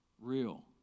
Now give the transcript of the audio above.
Real